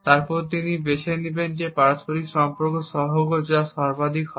তারপর তিনি বেছে নেবেন একটি পারস্পরিক সম্পর্ক সহগ যা সর্বাধিক হবে